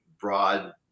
broad